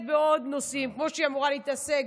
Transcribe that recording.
בעוד נושאים כמו שהיא אמורה להתעסק,